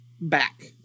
back